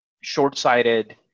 short-sighted